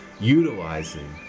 utilizing